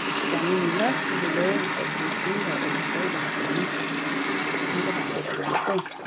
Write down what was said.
जाने नि ल डेलो अन्त दुर्बिन भएर सिधै घर आउने ठिक्कैको भाडा भन्नुहोस् है